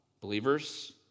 believers